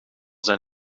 zijn